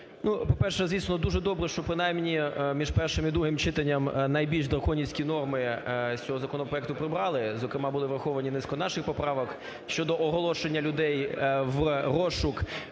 По-перше, звісно, дуже добре, що принаймні між першим і другим читанням найбільш драконівські норми з цього законопроекту прибрали. Зокрема, була врахована низка наших поправок щодо оголошення людей в розшук